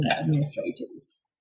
administrators